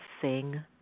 sing